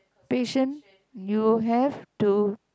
patient you have to